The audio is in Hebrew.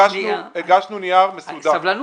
הגשנו נייר מסודר.